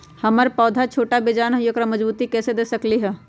हमर पौधा छोटा बेजान हई उकरा मजबूती कैसे दे सकली ह?